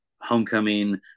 homecoming